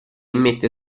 mette